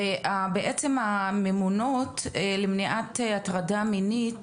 אז בעצם הממונות למניעת הטרדות מיניות